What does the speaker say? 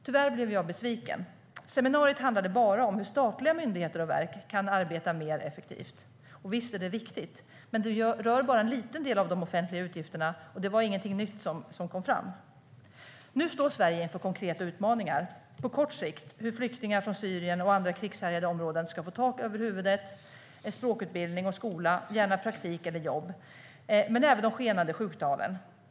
Tyvärr blev jag besviken. Seminariet handlade bara om hur statliga myndigheter och verk kan arbeta mer effektivt. Visst är det viktigt, men det rör bara en liten del av de offentliga utgifterna, och det var ingenting nytt som kom fram. Nu står Sverige inför konkreta utmaningar. På kort sikt är utmaningen hur flyktingar från Syrien och andra krigshärjade områden ska få tak över huvudet, någonstans att bo, språkutbildning och skola, gärna praktik eller jobb. Men även de skenande sjuktalen är en utmaning.